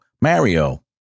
Mario